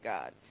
God